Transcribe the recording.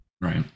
Right